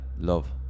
love